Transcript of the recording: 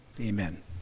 Amen